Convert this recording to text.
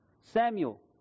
Samuel